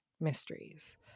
mysteries